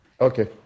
Okay